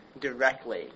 directly